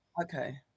Okay